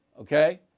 Okay